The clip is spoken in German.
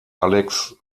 alex